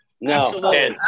No